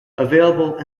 available